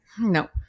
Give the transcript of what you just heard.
No